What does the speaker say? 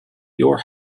your